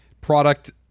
product